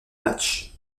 match